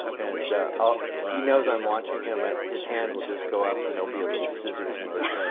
and ah he knows i'm watching him, and his hand will just go up and there'll be a little scissors motion.